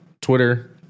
Twitter